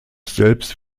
selbst